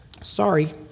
Sorry